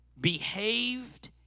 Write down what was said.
behaved